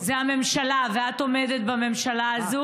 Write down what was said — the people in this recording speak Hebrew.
זה הממשלה, ואת עומדת בממשלה הזו.